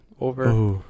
over